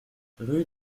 rue